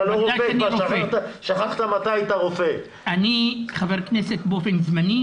אתה כבר שכחת מתי היית רופא- - אני חבר כנסת באופן זמני,